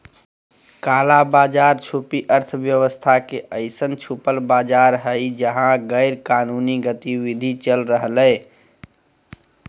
काला बाज़ार छुपी अर्थव्यवस्था के अइसन छुपल बाज़ार हइ जहा गैरकानूनी गतिविधि चल रहलय